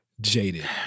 jaded